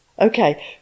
Okay